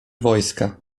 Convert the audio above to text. wojska